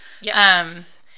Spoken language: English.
Yes